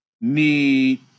need